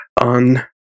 on